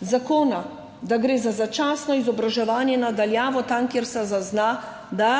zakona, da gre za začasno izobraževanje na daljavo, tam, kjer se zazna, da